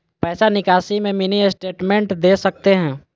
पैसा निकासी में मिनी स्टेटमेंट दे सकते हैं?